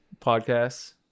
podcasts